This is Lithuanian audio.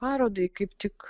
parodai kaip tik